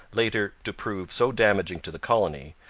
later to prove so damaging to the colony,